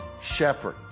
shepherd